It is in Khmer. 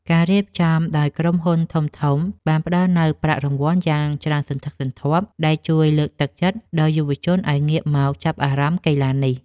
ការរៀបចំដោយក្រុមហ៊ុនធំៗបានផ្ដល់នូវប្រាក់រង្វាន់យ៉ាងច្រើនសន្ធឹកសន្ធាប់ ដែលជួយលើកទឹកចិត្តដល់យុវជនឱ្យងាកមកចាប់អារម្មណ៍កីឡានេះ។